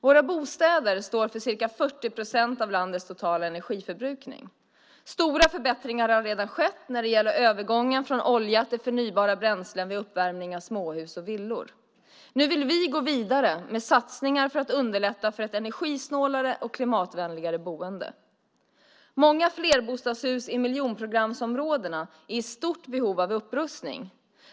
Våra bostäder står för ca 40 procent av landets totala energiförbrukning. Stora förbättringar har redan skett när det gäller övergången från olja till förnybara bränslen vid uppvärmning av småhus och villor. Nu vill vi gå vidare med satsningar för att underlätta för ett energisnålare och klimatvänligare boende. Många flerbostadshus i miljonprogramsområdena är i stort behov av upprustning.